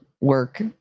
work